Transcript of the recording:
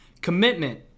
Commitment